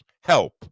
Help